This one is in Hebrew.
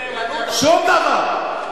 קודם נאמנות, שום דבר.